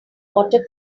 water